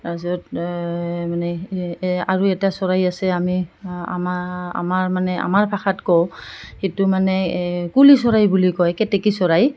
তাৰছত মানে আৰু এটা চৰাই আছে আমি আমা আমাৰ মানে আমাৰ ভাষাত কওঁ সেইটো মানে কুলি চৰাই বুলি কয় কেতেকী চৰাই